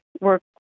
work